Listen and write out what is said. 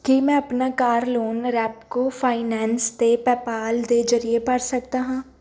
ਕੀ ਮੈਂ ਆਪਣਾ car loan Repco finance ਤੇ ਪੈਪਾਲ ਦੇ ਜਰੀਏ ਭਰ ਸਕਦਾ ਹਾਂ